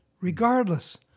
regardless